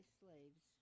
slaves